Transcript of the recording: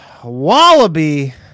Wallaby